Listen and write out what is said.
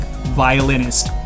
violinist